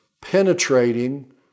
penetrating